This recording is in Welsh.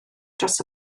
dros